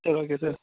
சரி okay sir